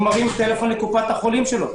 הוא מרים טלפון לקופת החולים שלו.